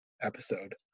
episode